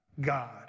God